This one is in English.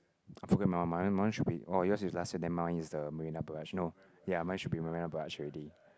I forget my one mine mine should be oh yours is last year then my one is the Marina-Barrage no ya mine should be Marina-Barrage already